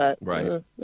Right